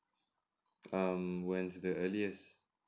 um when's the earliest